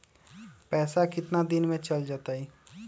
पैसा कितना दिन में चल जतई?